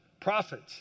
Prophets